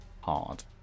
hard